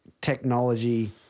technology